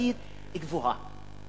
סביבתית גבוהה,